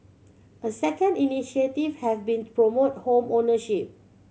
a second initiative have been promote home ownership